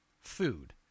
food